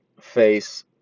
face